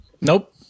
Nope